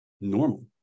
normal